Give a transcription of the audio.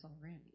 already